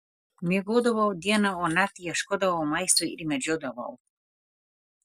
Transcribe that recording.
miegodavau dieną o naktį ieškodavau maisto ir medžiodavau